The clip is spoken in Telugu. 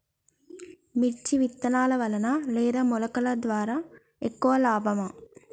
మిర్చి విత్తనాల వలన లేదా మొలకల ద్వారా ఎక్కువ లాభం?